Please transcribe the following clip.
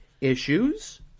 issues